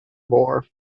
bore